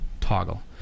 toggle